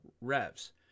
revs